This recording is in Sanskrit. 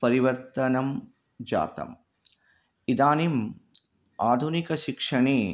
परिवर्तनं जातम् इदानीम् आधुनिकशिक्षणे